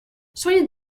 soyez